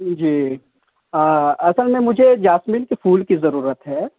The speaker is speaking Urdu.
جی اصل میں مجھے جاسمین کے پھول کی ضرورت ہے